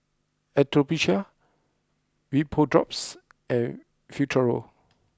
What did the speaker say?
Atopiclair VapoDrops and Futuro